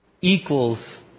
equals